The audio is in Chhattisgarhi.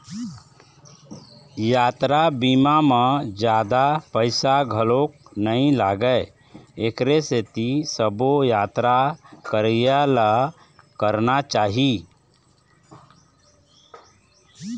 यातरा बीमा म जादा पइसा घलोक नइ लागय एखरे सेती सबो यातरा करइया ल कराना चाही